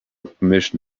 permission